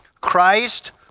Christ